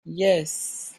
yes